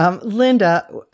Linda